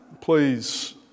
please